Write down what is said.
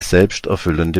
selbsterfüllende